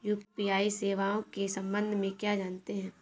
UPI सेवाओं के संबंध में क्या जानते हैं?